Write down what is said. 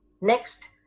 next